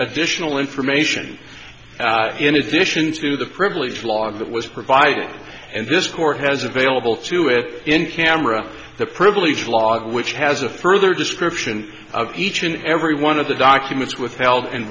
additional information in addition to the privilege log that was provided and this court has available to it in camera the privilege log which has a further description of each and every one of the documents withheld and